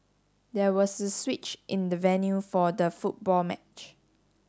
there was a switch in the venue for the football match